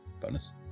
Bonus